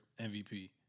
MVP